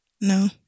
No